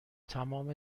تمام